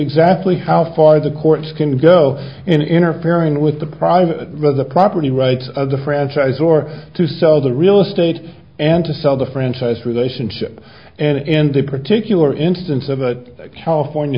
exactly how far the courts can go in interfering with the private roads a property rights of the franchise or to sell the real estate and to sell the franchise relationship and the particular instance of a california